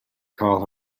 call